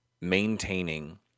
maintaining